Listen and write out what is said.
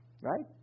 right